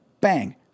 Bang